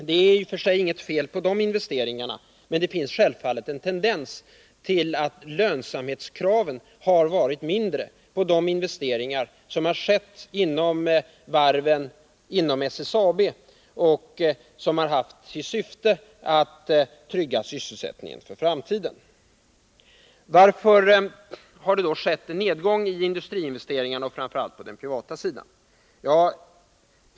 Det är i och för sig inget fel på de investeringarna, men det finns självfallet en tendens till att lönsamhetskraven har varit mindre på de investeringar som skett inom varven och inom SSAB och som haft till syfte att trygga sysselsättningen för framtiden. Varför har det då skett en nedgång i industriinvesteringarna, framför allt på den privata sidan?